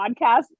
podcast